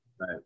right